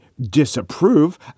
disapprove